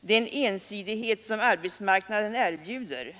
den ensidighet som arbetsmarknaden erbjuder.